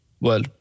Well